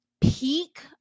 Peak